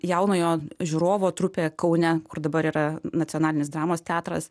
jaunojo žiūrovo trupė kaune kur dabar yra nacionalinis dramos teatras